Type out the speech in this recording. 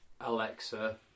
Alexa